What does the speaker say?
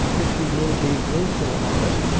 if you will be wilful on it,